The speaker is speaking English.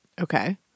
Okay